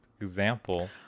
example